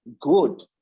good